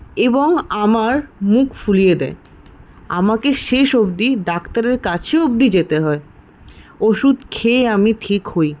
এবং আমার মুখ ফুলিয়ে দেয় আমাকে শেষ অবধি ডাক্তারের কাছে অবদি যেতে হয় ওষুধ খেয়ে আমি ঠিক হই